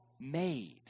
made